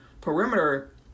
perimeter